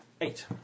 Eight